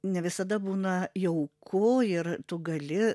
ne visada būna jauku ir tu gali